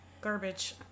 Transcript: Garbage